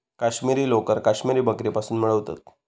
काश्मिरी लोकर काश्मिरी बकरीपासुन मिळवतत